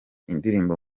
indirimbo